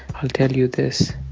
i'll tell you this.